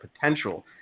potential